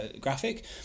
graphic